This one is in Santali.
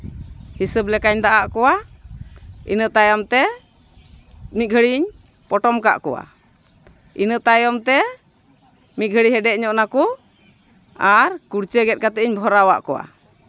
ᱦᱤᱥᱟᱹᱵ ᱞᱮᱠᱟᱧ ᱫᱟᱜ ᱟᱜ ᱠᱚᱣᱟ ᱤᱱᱟᱹ ᱛᱟᱭᱚᱢ ᱛᱮ ᱢᱤᱫ ᱜᱷᱟᱹᱲᱤᱡ ᱤᱧ ᱯᱚᱴᱚᱢ ᱠᱟᱜ ᱠᱚᱣᱟ ᱤᱱᱟᱹ ᱛᱟᱭᱚᱢ ᱛᱮ ᱢᱤᱫ ᱜᱷᱟᱹᱲᱤᱡ ᱦᱮᱰᱮᱡ ᱧᱚᱜ ᱱᱟᱠᱚ ᱟᱨ ᱠᱩᱲᱪᱟᱹ ᱜᱮᱫ ᱠᱟᱛᱮᱫ ᱤᱧ ᱵᱷᱚᱨᱟᱣᱟᱜ ᱠᱚᱣᱟ